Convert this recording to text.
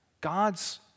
God's